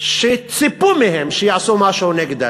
שציפו מהם שיעשו משהו נגד ההתנחלויות.